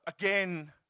again